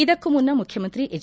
ಇದಕ್ಕೂ ಮುನ್ನ ಮುಖ್ಯಮಂತ್ರಿ ಎಚ್